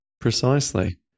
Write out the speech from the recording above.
Precisely